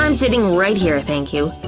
um sitting right here, thank you.